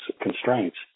constraints